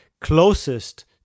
closest